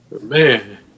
Man